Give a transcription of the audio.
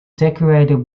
decorated